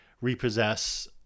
repossess